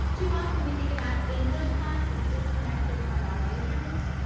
too often we think about english class as disconnected from our majors.